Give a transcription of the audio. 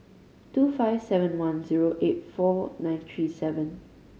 two five seven one zero eight four nine tree seven